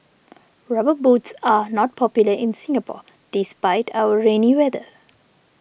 rubber boots are not popular in Singapore despite our rainy weather